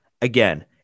Again